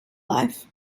life